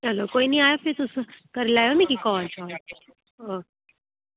चलो कोई निं आएओ फ्ही तुस करी लैएयो नी काल शाल